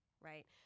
right